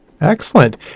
Excellent